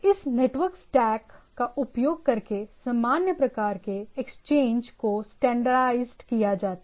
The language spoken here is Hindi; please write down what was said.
इस नेटवर्क स्टैक का उपयोग करके सामान्य प्रकार के एक्सचेंजर्स को स्टैंडर्डाइज्ड किया जाता है